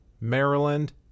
Maryland